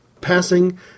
passing